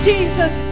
Jesus